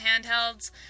handhelds